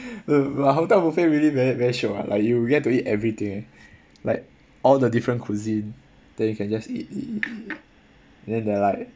but hotel buffet really very very shiok [what] like you get to eat everything eh like all the different cuisine then you can just eat eat eat eat then they're like